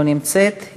לא נמצאת,